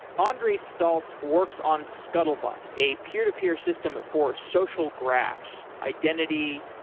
andre staltz works on scuttlebutt, a peer-to-peer system for social graphs, identity,